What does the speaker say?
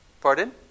Pardon